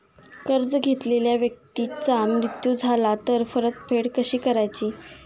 कर्ज घेतलेल्या व्यक्तीचा मृत्यू झाला तर परतफेड कशी करायची?